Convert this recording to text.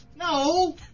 No